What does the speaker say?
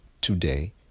today